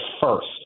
first